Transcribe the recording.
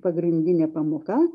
pagrindinė pamoka